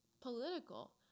political